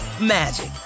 magic